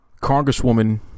Congresswoman